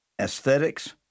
aesthetics